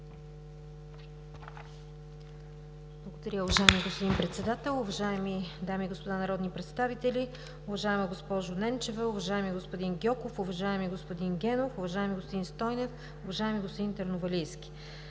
Благодаря Ви, уважаеми господин Председател. Уважаеми дами и господа народни представители, уважаема госпожо Ненчева, уважаеми господин Гьоков, уважаеми господин Генов, уважаеми господин Стойнев, уважаеми господин Търновалийски!